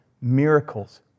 miracles